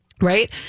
Right